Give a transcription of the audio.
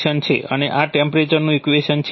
અને આ ટેમ્પરેચરનું ઇક્વેશન છે